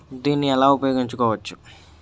దీన్ని ఎలా ఉపయోగించు కోవచ్చు?